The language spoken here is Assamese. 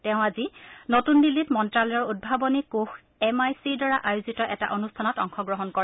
তেওঁ আজি নতুন দিল্লীত মন্তালয়ৰ উদ্ভাৱনী কোষ এম আই চিৰ দ্বাৰা আয়োজিত এটা অনুষ্ঠানত অংশগ্ৰহণ কৰে